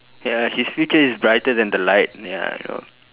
ya his future is brighter than the light ya you know